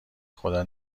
خدا